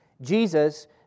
Jesus